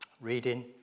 reading